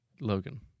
Logan